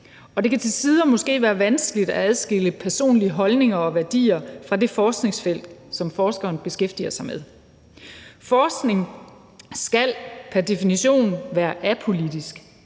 og det kan måske til tider være vanskeligt at adskille personlige holdninger og værdier fra det forskningsfelt, som forskeren beskæftiger sig med. Forskning skal pr. definition være apolitisk,